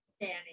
Danny